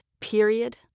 Period